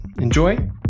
Enjoy